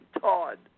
Todd